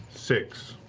six.